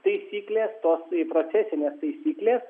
taisyklės tos procesinės taisyklės